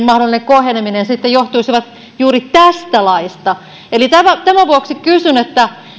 mahdollinen koheneminen johtuisi juuri tästä laista tämän vuoksi kysyn